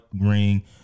ring